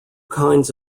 kinds